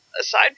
Aside